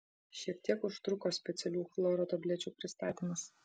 šiek tiek užtruko specialių chloro tablečių pristatymas